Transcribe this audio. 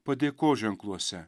padėkos ženkluose